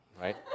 right